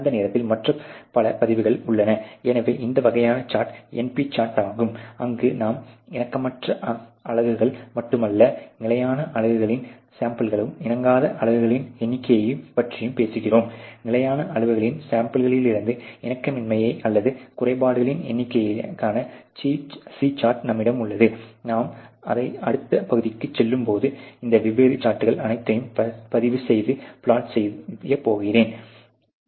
அதே நேரத்தில் மற்ற பல பதிவுகள் உள்ளன எனவே இந்த வகையான சார்ட் NP சார்ட் ஆகும் அங்கு நாம் இணக்கமற்ற அலகுகள் மட்டுமல்ல நிலையான அளவுகளின் சாம்பிள்களுக்கு இணங்காத அலகுகளின் எண்ணிக்கையைப் பற்றியும் பேசுகிறோம் நிலையான அளவுகளின் சாம்பிள்களிலிருந்து இணக்கமின்மை அல்லது குறைபாடுகளின் எண்ணிக்கைக்கான C சார்ட் நம்மிடம் உள்ளது நான் அடுத்து பகுதிக்கு செல்லும்போது இந்த வெவ்வேறு சார்ட்கள் அனைத்தையும் பதிவு செய்து பிளாட் செய்ய போகிறேன்